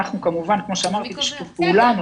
אנחנו כמובן בשיתוף פעולה